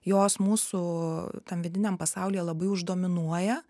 jos mūsų tam vidiniam pasaulyje labai uždominuoja